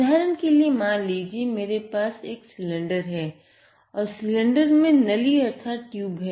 उदाहरन के लिए मान लीजिये यदि मेरे पास एक सिलिंडर है और सिलिंडर में नली अर्थात ट्यूब है